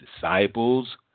disciples